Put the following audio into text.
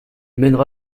mènera